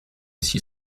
six